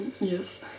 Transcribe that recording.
Yes